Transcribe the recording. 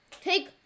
take